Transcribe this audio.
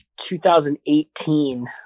2018